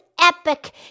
epic